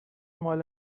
مال